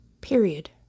Period